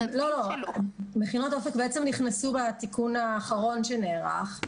מכינות אופק נכנסו בתיקון האחרון שנערך,